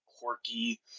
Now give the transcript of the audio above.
quirky